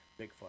Bigfoot